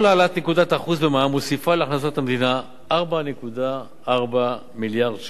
כל העלאת נקודת אחוז במע"מ מוסיפה להכנסת המדינה 4.4 מיליארד ש"ח.